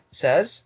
says